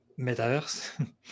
metaverse